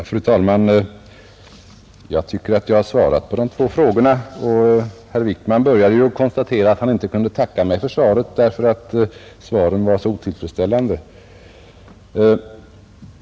Fru talman! Jag tycker att jag har svarat på de två frågorna, och herr Wijkman började ju med att konstatera att han inte kunde tacka för svaret, därför att det var så otillfredsställande.